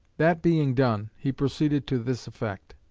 that being done, he proceeded to this effect